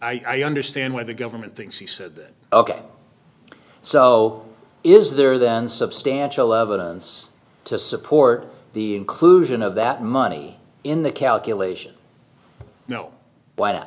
i understand why the government thinks he said ok so is there then substantial evidence to support the inclusion of that money in the calculation you know why